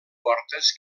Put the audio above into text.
portes